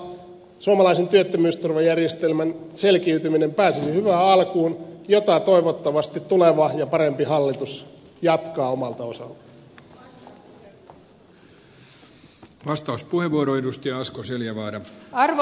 sillä tavalla suomalaisen työttömyysturvajärjestelmän selkiytyminen pääsisi hyvään alkuun jota toivottavasti tuleva ja parempi hallitus jatkaa omalta osaltaan